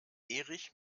erich